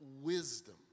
wisdom